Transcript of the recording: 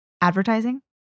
Advertising